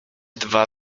dwa